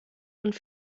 und